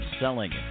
selling